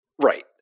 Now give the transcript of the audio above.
Right